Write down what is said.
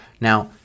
Now